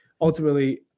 ultimately